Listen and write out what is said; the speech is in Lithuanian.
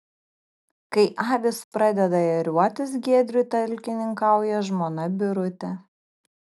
kai avys pradeda ėriuotis giedriui talkininkauja žmona birutė